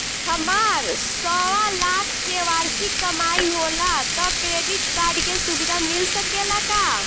हमार सवालाख के वार्षिक कमाई होला त क्रेडिट कार्ड के सुविधा मिल सकेला का?